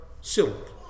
silk